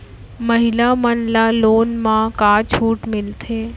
महिला मन ला लोन मा का छूट मिलथे?